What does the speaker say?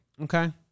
Okay